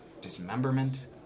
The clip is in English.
dismemberment